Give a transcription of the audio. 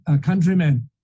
countrymen